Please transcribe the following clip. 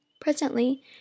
Presently